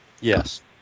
Yes